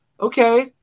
okay